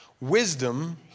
Wisdom